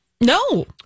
No